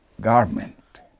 garment